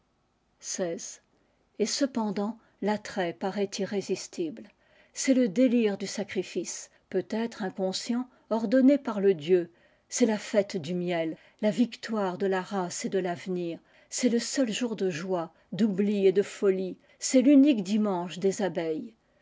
xvi el cepondant l'attrait parait irrésistible c'est le délire du sacrifice peut-être iacoascient ordonné par le dieu c'est la fête du miel la victoire de la race et de tavenir c'est le seul jour de joie d'oubli et de folie c'est tunique dimanche des abeilles